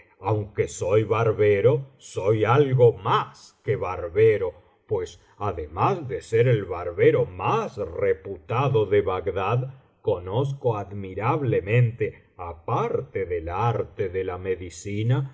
aunque soy barbero soy algo mas que barbero pues además de ser el barbero más reputado de bagdad conozco admirablemente aparte del arte de la medicina